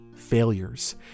failures